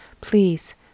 please